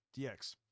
DX